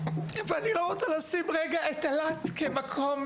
אני לא רוצה לשים את אילת כמקום